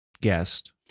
guest